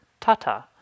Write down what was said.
Tata